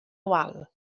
wal